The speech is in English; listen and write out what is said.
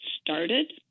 started